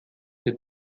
der